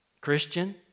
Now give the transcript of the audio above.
Christian